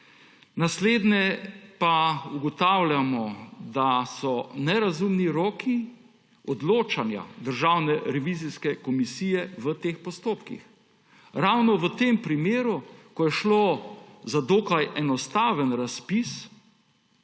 Nadalje pa ugotavljamo, da so nerazumni roki odločanja Državne revizijske komisije v teh postopkih. Ravno v tem primeru, ko je šlo za dokaj enostaven razpis,